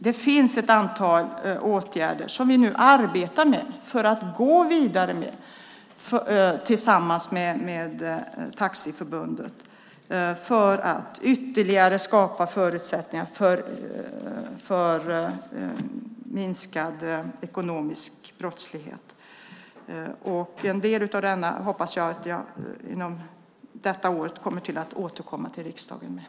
Det finns alltså ett antal åtgärder som vi nu arbetar med och ska gå vidare med tillsammans med Taxiförbundet för att ytterligare skapa förutsättningar för minskad ekonomisk brottslighet. En del av detta hoppas jag att jag återkommer till riksdagen med under detta år.